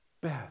Beth